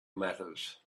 matters